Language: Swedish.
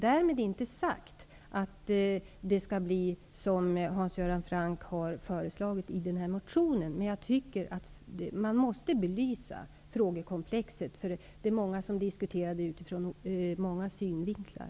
Därmed inte sagt att vi skall göra som Hans Göran Franck har föreslagit i motionen. Man måste dock belysa frågekomplexet. Det är många som diskuterar det utifrån olika synvinklar.